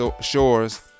Shores